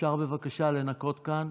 אפשר בבקשה לנקות כאן?